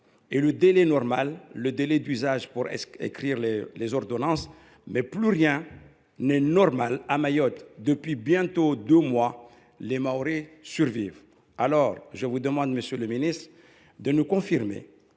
à l’article 1 est le délai d’usage pour rédiger des ordonnances, mais plus rien n’est normal à Mayotte. Depuis bientôt deux mois, les Mahorais survivent ! Je vous demande donc, monsieur le ministre, de nous confirmer